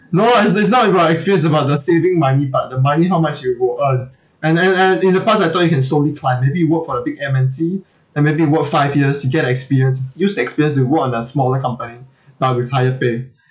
no is is not about experience about the saving money part the money how much you would earn and then and in the past I thought you can slowly climb maybe you work for a big M_N_C and maybe work five years you get the experience use that experience to work on a smaller companybut with higher pay